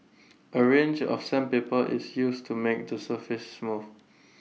A range of sandpaper is use to make the surface smooth